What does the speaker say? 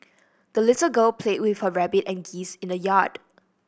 the little girl played with her rabbit and geese in the yard